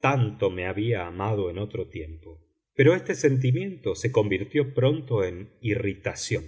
tanto me había amado en otro tiempo pero este sentimiento se convirtió pronto en irritación